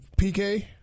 PK